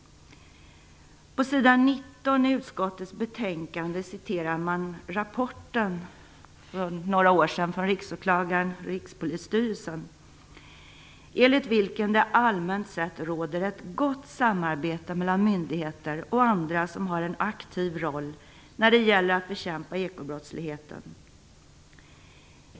På s.19 i utskottets betänkande refererar man till rapporten från Riksåklagaren/Rikspolisstyrelsen, enligt vilken det allmänt sett råder ett gott samarbete mellan olika myndigheter som har en aktiv roll när det gäller att bekämpa ekobrottsligheten.